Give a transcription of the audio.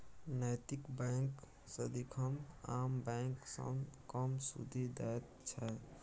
नैतिक बैंक सदिखन आम बैंक सँ कम सुदि दैत छै